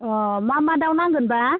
अह मा मा दाउ नांगोन बा